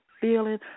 Feeling